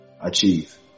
achieve